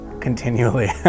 continually